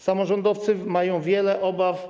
Samorządowcy mają wiele obaw.